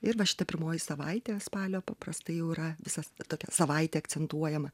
ir va šita pirmoji savaitė spalio paprastai jau yra visas tokia savaitė akcentuojama